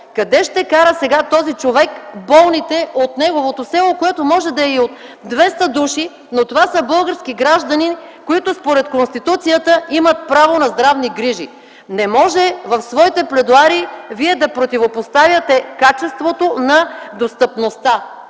Къде ще кара сега този човек болните от неговото село, което може да е и от 200 души, но това са български граждани, които според Конституцията имат право на здравни грижи. Не може в своите пледоарии Вие да противопоставяте качеството на достъпността.